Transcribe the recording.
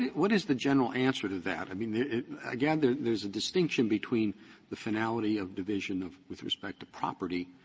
what is the general answer to that? i mean, it i gather there's a distinction between the finality of division of with respect to property,